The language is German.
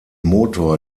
motor